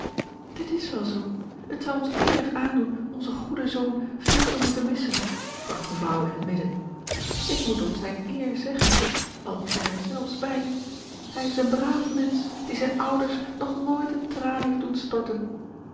dit is wel zoo het zou ons innig aandoen onzen goeden zoon veel te moeten missen bragt mevrouw in het midden ik moet tot zijne eer zeggen al is hij er zelfs bij hij is een braaf mensch die zijne ouders nog nooit een traan heeft doen storten